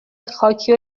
خاکی